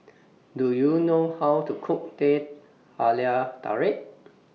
Do YOU know How to Cook Teh Halia Tarik